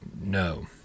No